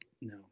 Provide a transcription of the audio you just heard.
no